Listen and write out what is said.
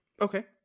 Okay